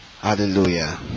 Hallelujah